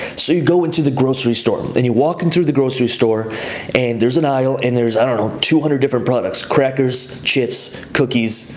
so you go into the grocery store and you walk in through the grocery store and there's an aisle and there's, i don't know, two hundred different products, crackers, chips, cookies,